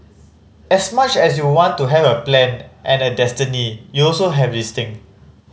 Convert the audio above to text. as much as you want to have a plan and a destiny you also have this thing